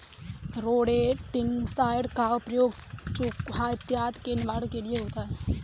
rodenticide का प्रयोग चुहा इत्यादि के निवारण के लिए होता है